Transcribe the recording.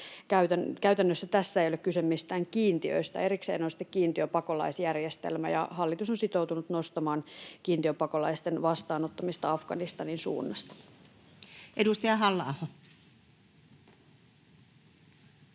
Käytännössä tässä ei ole kyse mistään kiintiöistä. Erikseen on sitten kiintiöpakolaisjärjestelmä, ja hallitus on sitoutunut nostamaan kiintiöpakolaisten vastaanottamista Afganistanin suunnasta. Edustaja Halla-aho.